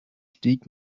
stieg